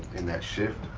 in that shift,